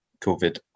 COVID